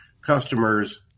customers